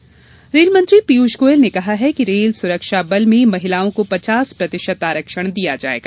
आरक्षण रेल मंत्री पीयूष गोयल ने कहा है कि रेल सुरक्षा बल में महिलाओं को पचास प्रतिशत आरक्षण दिया जायेगा